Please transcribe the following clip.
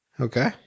okay